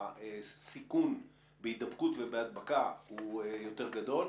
הסיכון בהידבקות ובהדבקה הוא יותר גדול.